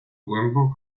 głęboko